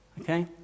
Okay